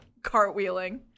cartwheeling